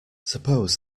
suppose